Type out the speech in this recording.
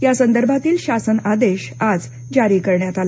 यासंदर्भातील शासन आदेश आज जारी करण्यात आला